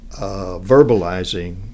verbalizing